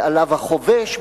מעליו החובש,